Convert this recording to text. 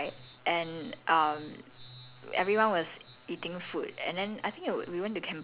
no main names mentioned ya so uh we went right and um